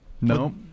No